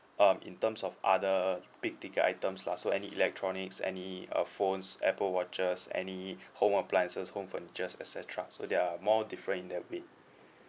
um in terms of other big ticket items lah so any electronics any uh phones apple watches any home appliances home furniture et cetera so they're more different in their